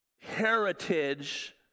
heritage